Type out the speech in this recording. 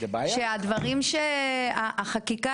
החקיקה